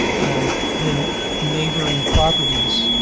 and the neighboring properties,